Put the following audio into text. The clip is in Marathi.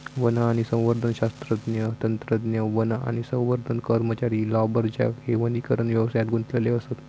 वन आणि संवर्धन शास्त्रज्ञ, तंत्रज्ञ, वन आणि संवर्धन कर्मचारी, लांबरजॅक हे वनीकरण व्यवसायात गुंतलेले असत